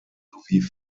sowie